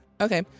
Okay